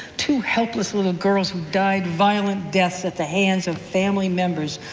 two helpless little girls who died violent deaths at the hands of family members,